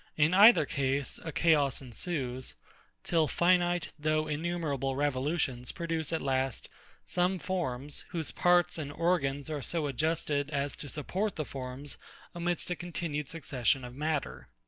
in either case, a chaos ensues till finite, though innumerable revolutions produce at last some forms, whose parts and organs are so adjusted as to support the forms amidst a continued succession of matter.